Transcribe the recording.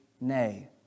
nay